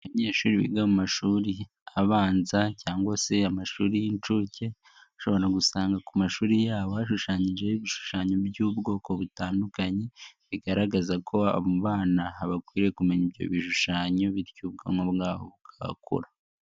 Abanyeshuri biga mu mashuri abanza cyangwa se amashuri y'incuke, ushobora gusanga ku mashuri yaba hashushanyijeho ibishushanyo by'ubwoko butandukanye, bigaragaza ko abo bana bakwiriye kumenya ibyo bishushanyo bityo ubwonko bwabo bugakura.